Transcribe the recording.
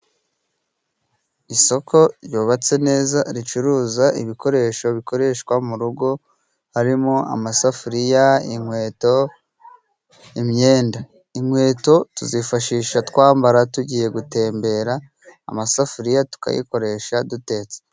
Isoko ryubatse neza ricuruza ibikoresho bikoreshwa mu rugo, harimo amasafuriya, inkweto, imyenda. Inkweto tuzifashisha twambara tugiye gutembera, amasafuriya tukayakoresha dutetse.